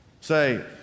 Say